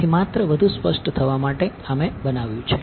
તેથી માત્ર વધુ સ્પષ્ટ થવા માટે આ મેં બનાવ્યું છે